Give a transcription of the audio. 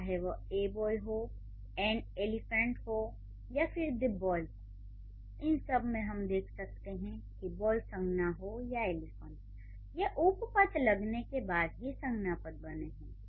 तो चाहे वह 'ए बॉय' हो 'एन एलीफेंट' हो या फ़िर 'दि बॉयज' इन सबमें हम देख सकते हैं कि 'बॉय' संज्ञा हो या 'एलीफेंट' ये उपपद लगने के बाद ही संज्ञापद बने हैं